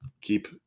keep